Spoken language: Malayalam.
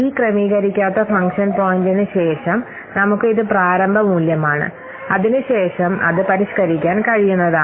ഈ ക്രമീകരിക്കാത്ത ഫംഗ്ഷൻ പോയിന്റിന് ശേഷം നമുക്ക് ഇത് പ്രാരംഭ മൂല്യമാണ് അതിനുശേഷം അത് പരിഷ്കരിക്കാൻ കഴിയുന്നതാണ്